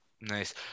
Nice